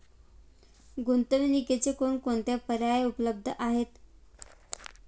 गुंतवणुकीचे कोणकोणते पर्याय उपलब्ध आहेत?